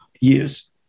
years